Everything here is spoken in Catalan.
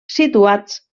situats